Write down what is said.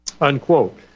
unquote